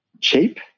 cheap